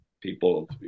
people